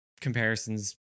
comparisons